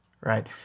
right